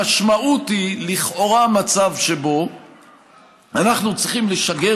המשמעות היא לכאורה מצב שבו אנחנו צריכים לשגר